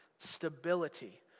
stability